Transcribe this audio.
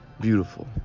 beautiful